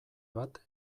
bat